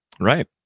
Right